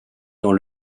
dans